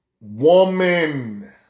woman